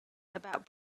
about